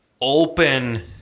open